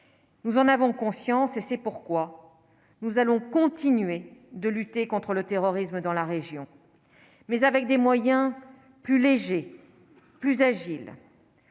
Nous en avons conscience et c'est pourquoi nous allons continuer de lutter contre le terrorisme dans la région, mais avec des moyens plus légers, plus Agile.